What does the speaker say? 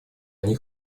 они